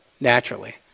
naturally